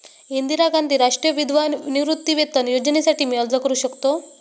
इंदिरा गांधी राष्ट्रीय विधवा निवृत्तीवेतन योजनेसाठी मी अर्ज करू शकतो?